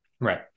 Right